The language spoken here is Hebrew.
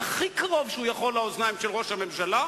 מפלגת העבודה,